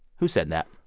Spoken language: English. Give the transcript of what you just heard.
who said that?